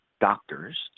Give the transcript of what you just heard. doctors